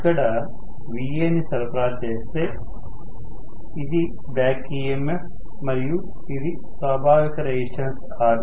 ఇక్కడ Va ని సరఫరా చేస్తే ఇది బ్యాక్ EMF మరియు ఇది స్వాభావిక రెసిస్టెన్స్ Ra